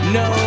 no